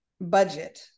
budget